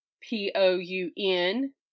p-o-u-n